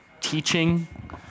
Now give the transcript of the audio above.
teaching